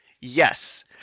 Yes